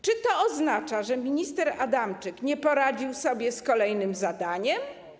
Czy to oznacza, że minister Adamczyk nie poradził sobie z kolejnym zadaniem?